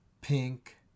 pink